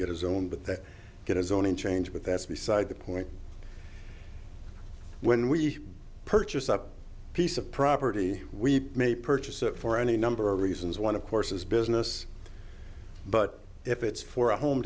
get his own but they get his own in change but that's beside the point when we purchase a piece of property we may purchase it for any number of reasons one of course is business but if it's for a home